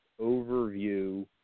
overview